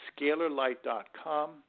scalarlight.com